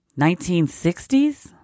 1960s